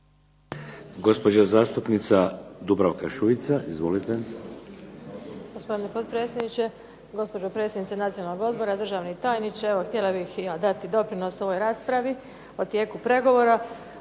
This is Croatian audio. Gospođa zastupnica Dubravka Šuica. Izvolite. **Šuica, Dubravka (HDZ)** Gospodine potpredsjedniče, gospođo predsjednice Nacionalnog odbora, državni tajniče. Evo htjela bih i ja dati doprinos ovoj raspravi o tijeku pregovora.